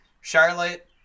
Charlotte